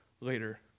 later